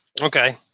Okay